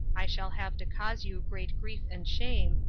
i shall have to cause you great grief and shame,